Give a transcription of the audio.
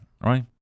right